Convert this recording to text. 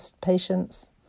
patients